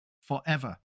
forever